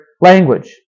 language